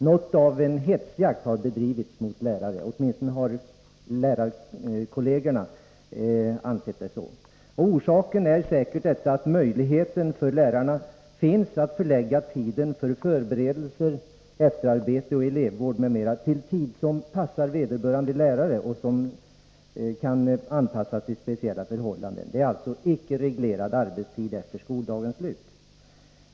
Något av en hetsjakt har bedrivits mot lärare — åtminstone har många lärare ansett det. Orsaken är säkert lärarnas möjlighet att lägga tiden för förberedelser, efterarbete, elevvård m.m. till tid som passar vederbörande lärare och som kan anpassas till speciella förhållanden. Det är alltså icke reglerad arbetstid efter skoldagens slut.